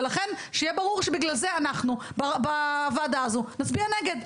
ולכן שיהיה ברור שבגלל זה אנחנו בוועדה הזו נצביע נגד.